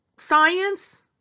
science